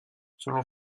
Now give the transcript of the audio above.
selon